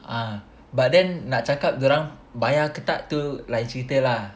ah but then nak cakap dorang bayar ke tak tu lain cerita lah